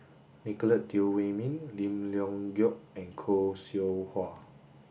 Nicolette Teo Wei Min Lim Leong Geok and Khoo Seow Hwa